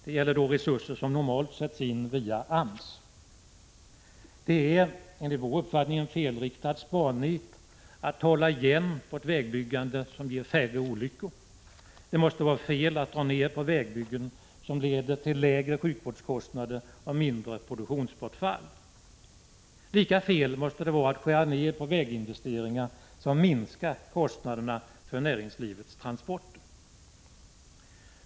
Det gäller då resurser som normalt sätts in via AMS. Det är enligt vår uppfattning felriktat sparnit att hålla igen på ett vägbyggande som ger färre olyckor. Det måste vara fel att dra ned på vägbyggen som leder till lägre sjukvårdskostnader och mindre av produktionsbortfall. Lika fel måste det vara att skära ned på väginvesteringar som minskar kostnaderna för näringslivets transporter.